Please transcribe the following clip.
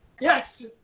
Yes